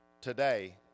today